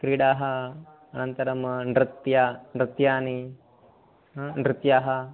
क्रीडाः अनन्तरं नृत्यं नृत्यानि नृत्यानि